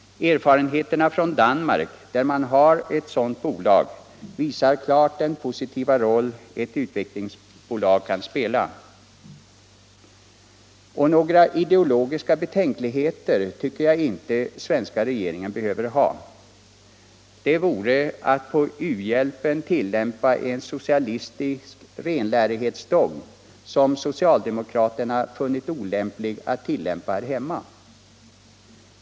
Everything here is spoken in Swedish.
Erfarenheterna från Danmark, där man har ett sådant bolag, visar klart den positiva roll ett utvecklingsbolag kan spela. : Några ideologiska betänkligheter tycker jag inte den svenska regeringen behöver ha. Det vore att på u-hjälpen tillämpa en socialistisk renlärighetsdogm, som socialdemokraterna funnit olämplig att tillämpa här hemma.